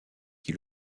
qui